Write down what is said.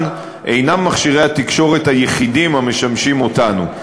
אינם מכשירי התקשורת היחידים המשמשים אותנו.